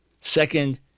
Second